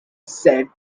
said